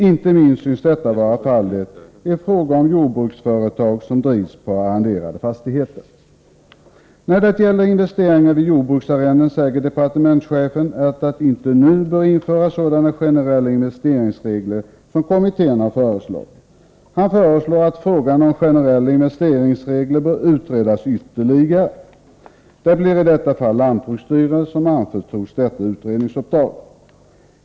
Inte minst synes detta vara fallet i fråga om jordbruksföretag som drivs på arrenderade fastigheter. När det gäller investeringar vid jordbruksarrenden säger departementschefen att det inte nu bör införas sådana generella investeringsregler som kommittén har föreslagit. Han menar att frågan om generella investeringsregler bör utredas ytterligare. Det blir i detta fall lantbruksstyrelsen som anförtros utredningsuppdraget.